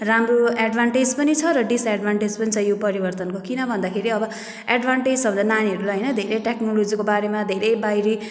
राम्रो एड्भान्टेज पनि छ र डिस्एड्भान्टेज पनि छ यो परिवर्तनको किन भन्दाखेरि अब एडभान्टेजहरू त नानीहरूलाई होइन धेरै टेक्नोलजीको बारेमा धेरै बाहिरी